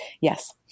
Yes